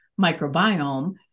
microbiome